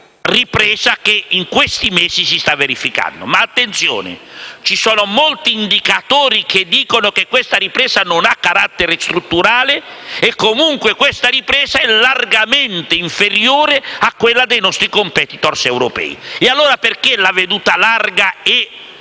ripresa che in questi mesi si sta verificando, ma, attenzione, ci sono molti indicatori che dicono che l'attuale ripresa non ha carattere strutturale e comunque la nostra ripresa è largamente inferiore a quella dei nostri *competitor* europei. Allora perché sono necessari una